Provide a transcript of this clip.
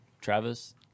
travis